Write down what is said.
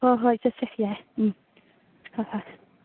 ꯍꯣꯏ ꯍꯣꯏ ꯆꯠꯁꯦ ꯌꯥꯏ ꯎꯝ ꯍꯣꯏ ꯍꯣꯏ